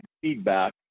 feedback